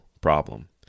problem